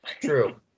True